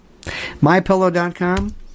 MyPillow.com